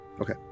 Okay